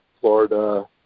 Florida